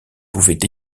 pouvait